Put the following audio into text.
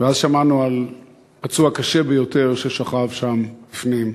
ואז שמענו על פצוע קשה ביותר ששוכב שם בפנים.